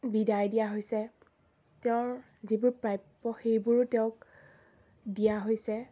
বিদায় দিয়া হৈছে তেওঁৰ যিবোৰ প্ৰাপ্য সেইবোৰো তেওঁক দিয়া হৈছে